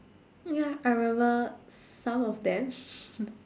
ya I remember some of them